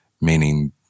meaning